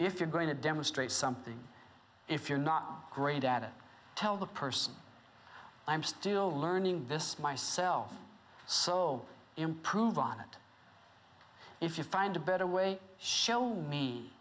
if you're going to demonstrate something if you're not great at it tell the person i'm still learning this myself so improve on it if you find a better way show me